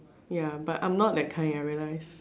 ya but I'm not that kind I realize